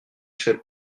chère